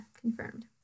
confirmed